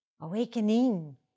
awakening